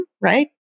right